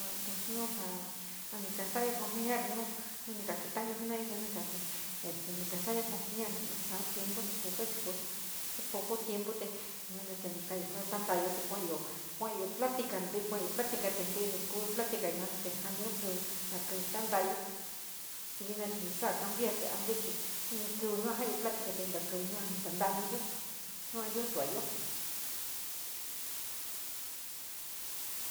A pos a ni kasa´ayo conjeniar un ni ka keta´ayo jena´a yo te nu kake este ni kasa´ayo conjeniar na saa tiempo kasukuyo xi poco tiempo yua na te ni ka´ayo ja tanta´ayo te kua´ayo, kuayo platica ntí kuayo platica te yuano ni janiyo kiu na kio tanta´ayo chi vina ni sa´a cambiar chi antes chi ín kiu ja´ayo platica, inka kiu yua ni tanta´ani yo nua io tua´ayo.